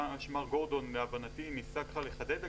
מה שמר גורדון להבנתי ניסה לחדד,